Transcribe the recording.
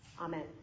Amen